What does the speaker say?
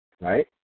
right